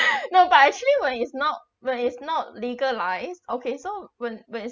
no but actually when is not when is not legalise okay so when when is